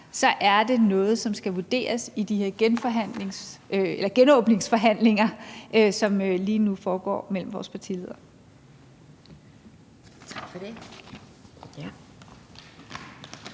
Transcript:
så er det noget, som skal vurderes i de her genåbningsforhandlinger, som lige nu foregår mellem vores partiledere.